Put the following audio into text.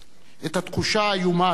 את התחושה האיומה הזו,